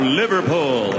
liverpool